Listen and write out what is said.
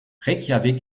reykjavík